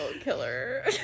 killer